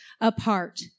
apart